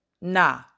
nah